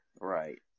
right